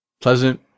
Pleasant